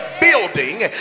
building